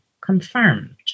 confirmed